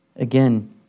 Again